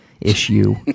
issue